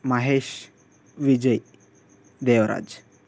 Mahesh Vijay Devaraj